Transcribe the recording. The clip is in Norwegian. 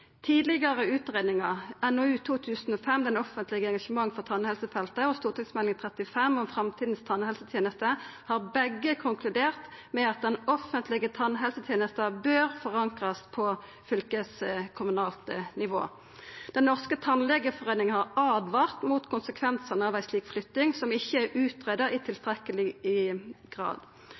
Tidlegare utgreiingar, NOU 2005:11, Det offentlige engasjement på tannhelsefeltet og St.meld. nr. 35 for 2006–2007, om framtidas tannhelsetenester, har konkludert med at den offentlege tannhelsetenesta bør forankrast på fylkeskommunalt nivå. Den norske tannlegeforening har åtvara mot konsekvensane av ei slik flytting, som ikkje er greidd ut i tilstrekkeleg grad.